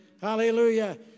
Hallelujah